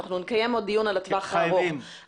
אנחנו נקיים דיון על הטווח הארוך,